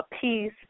peace